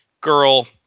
girl